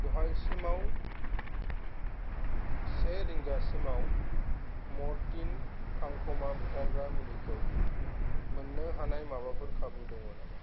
दहायसिमाव से रिंगासिमाव म'रटिन खांखमा बुथारग्रा मुलिखौ मोननो हानाय माबाफोर खाबु दङ नामा